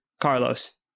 Carlos